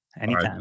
anytime